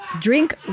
drink